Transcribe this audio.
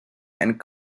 and